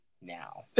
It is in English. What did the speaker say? now